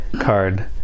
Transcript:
card